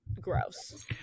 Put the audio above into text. gross